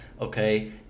okay